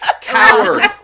coward